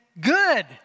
good